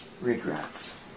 regrets